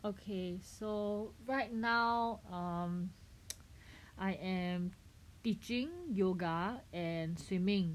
okay so right now um I am teaching yoga and swimming